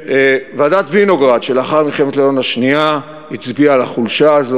ועדת וינוגרד שלאחר מלחמת לבנון השנייה הצביעה על החולשה הזאת.